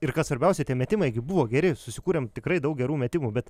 ir kas svarbiausia tie metimai gi buvo geri susikūrėm tikrai daug gerų metimų bet